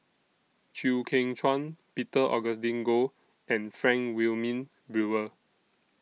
Chew Kheng Chuan Peter Augustine Goh and Frank Wilmin Brewer